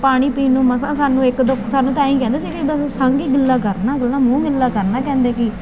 ਪਾਣੀ ਪੀਣ ਨੂੰ ਮਸਾਂ ਸਾਨੂੰ ਇੱਕ ਦੁੱਖ ਸਾਨੂੰ ਤਾਂ ਇਹੀ ਕਹਿੰਦੇ ਸੀ ਵੀ ਬਸ ਸੰਘ ਹੀ ਗਿੱਲਾ ਕਰਨਾ ਇਕੱਲਾ ਮੂੰਹ ਗਿੱਲਾ ਕਰਨਾ ਕਹਿੰਦੇ ਕਿ